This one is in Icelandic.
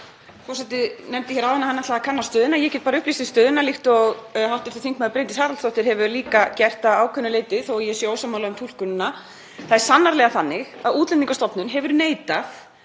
Það er sannarlega þannig að Útlendingastofnun hefur neitað